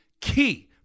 key